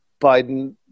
Biden